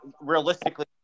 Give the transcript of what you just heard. realistically